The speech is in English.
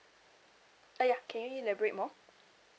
uh ya can you elaborate more